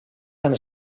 tant